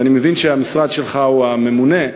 ואני מבין שהמשרד שלך הוא הממונה,